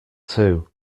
too